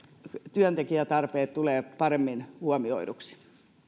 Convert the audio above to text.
työntekijätarpeet tulevat paremmin huomioiduiksi minä yritän